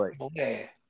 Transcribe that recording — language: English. okay